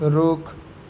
रुख